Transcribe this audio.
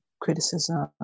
criticism